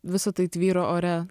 visa tai tvyro ore